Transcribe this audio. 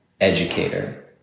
educator